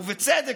ובצדק,